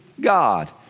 God